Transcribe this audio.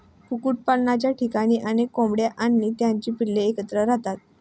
कुक्कुटपालनाच्या ठिकाणी अनेक कोंबड्या आणि त्यांची पिल्ले एकत्र राहतात